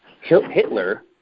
Hitler